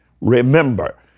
remember